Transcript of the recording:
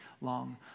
long